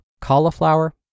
cauliflower